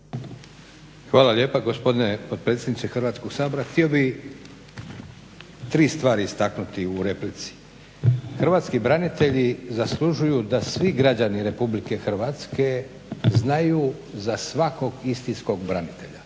Hvala lijepa gospodine potpredsjedniče Hrvatskog sabor. Htio bi tri stvari istaknuti u replici. Hrvatski branitelji zaslužuju da svi građani Republike Hrvatske znaju za svakog istinskog branitelja,